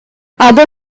other